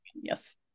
Yes